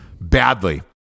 badly